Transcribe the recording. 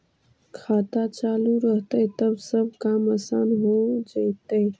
खाता चालु रहतैय तब सब काम आसान से हो जैतैय?